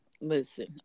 listen